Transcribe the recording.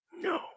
No